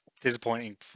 disappointing